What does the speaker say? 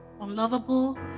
unlovable